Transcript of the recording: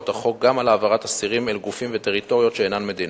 החוק גם על העברת אסירים אל גופים וטריטוריות שאינן מדינה,